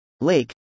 Lake